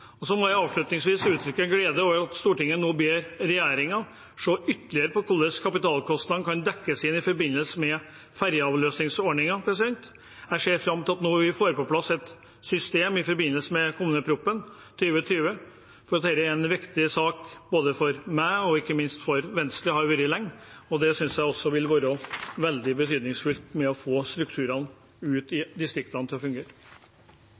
må jeg uttrykke glede over at Stortinget nå ber regjeringen se ytterligere på hvordan kapitalkostnadene kan dekkes inn i forbindelse med ferjeavløsningsordningen. Jeg ser fram til at vi får på plass et system i forbindelse med kommuneproposisjonen 2020. Det er en viktig sak for meg og for Venstre, og det har det vært lenge. Jeg synes også det vil være veldig betydningsfullt for å få strukturene ute i distriktene til å fungere.